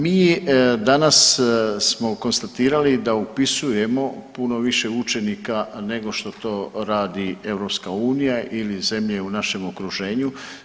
Mi danas smo konstatirali da upisujemo puno više učenika nego što to radi EU ili zemlje u našem okruženju.